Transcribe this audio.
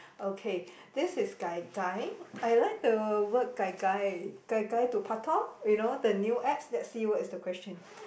okay this is Gai Gai I like the word Gai Gai Gai Gai to paktor you know the new apps let's see what is the question